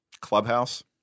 clubhouse